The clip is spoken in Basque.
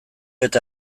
eta